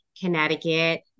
Connecticut